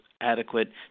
adequate